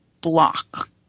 block